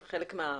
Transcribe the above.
זה חלק מהמצוות.